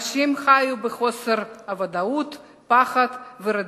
אנשים חיו בחוסר ודאות, פחד ורדיפות.